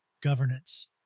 governance